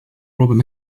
robert